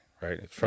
right